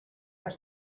per